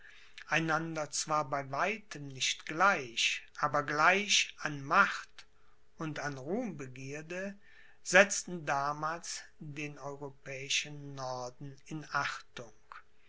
einander zwar bei weitem nicht gleich aber gleich an macht und an ruhmbegierde setzten damals den europäischen norden in achtung